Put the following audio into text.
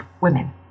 women